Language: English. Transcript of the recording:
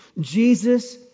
Jesus